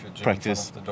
practice